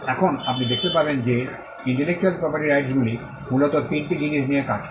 এখন আপনি দেখতে পাবেন যে ইন্টেলেকচুয়াল প্রপার্টি রাইটসগুলি মূলত 3 টি জিনিস নিয়ে কাজ করে